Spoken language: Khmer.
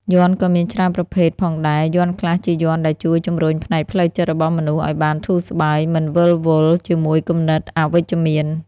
យ័ន្តក៏មានច្រើនប្រភេទផងដែរយ័ន្តខ្លះជាយ័ន្តដែលជួយជម្រុញផ្នែកផ្លូវចិត្តរបស់មនុស្សឲ្យបានធូរស្បើយមិនវិលវល់ជាមួយគំនិតអវិជ្ជមាន